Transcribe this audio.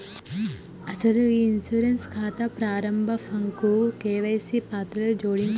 అసలు ఈ ఇన్సూరెన్స్ ఖాతా ప్రారంభ ఫాంకు కేవైసీ పత్రాలను జోడించాలి